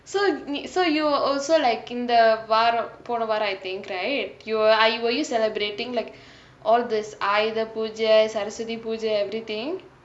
so so you also like இந்த வாரோ போனே வாரோ:intha vaaro ponae vaaro I think right you were are you celebrating like all these Ayudha Puja Saraswati Puja poojai saraswathi poojai everything